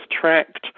tracked